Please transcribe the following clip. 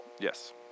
Yes